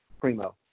Primo